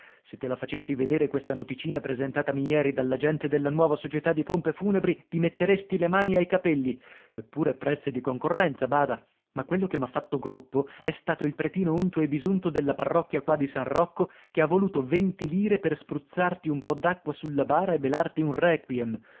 se te la facessi vedere questa noticina presentatami jeri dall'agente della nuova società di pompe funebri ti metteresti le mani ai capelli eppure prezzi di concorrenza bada ma quello che m'ha fatto groppo è stato il pretino unto e bisunto della parrocchia qua di san rocco che ha voluto venti lire per spruzzarti un po d'acqua su la bara e belarti un requiem